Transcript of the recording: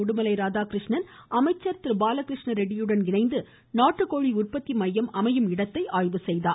உடுமலை ராதாகிருஷ்ணன் அமைச்சர் பாலகிருஷ்ண ரெட்டியுடன் இணைந்து நாட்டுக்கோழி உற்பத்தி மையம் அமையுமிடத்தை ஆய்வு செய்தார்